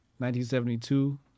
1972